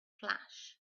flash